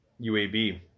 UAB